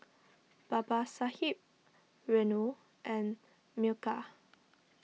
Babasaheb Renu and Milkha